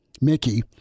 Mickey